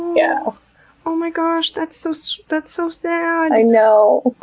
you know oh, my gosh. that's so so that's so sad. i know.